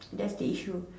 thats the issue